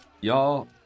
y'all